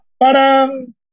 parang